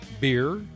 beer